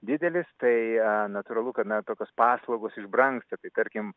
didelis tai a natūralu kad na tokios paslaugos išbrangsta tai tarkim